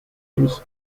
lui